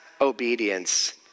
obedience